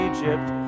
Egypt